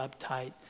uptight